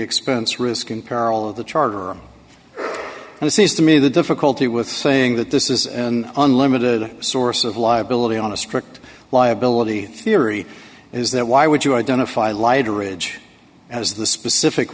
expense skin peril of the charger and it seems to me the difficulty with saying that this is an unlimited source of liability on a strict liability theory is that why would you identify lied to ridge as the specific